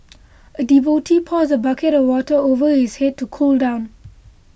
a devotee pours a bucket of water over his head to cool down